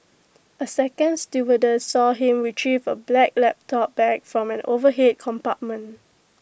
A second stewardess saw him Retrieve A black laptop bag from an overhead compartment